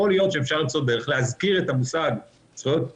יכול להיות שאפשר למצוא דרך להזכיר את המושג "זכויות הפרט"